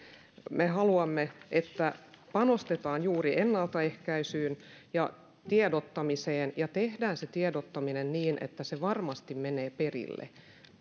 me haluamme että panostetaan juuri ennaltaehkäisyyn ja tiedottamiseen ja tehdään se tiedottaminen niin että se varmasti menee perille